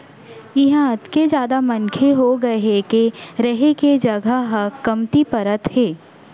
इहां अतेक जादा मनखे होगे हे के रहें के जघा ह कमती परत हे